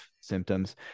symptoms